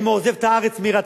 אם הוא עוזב את הארץ מרצון,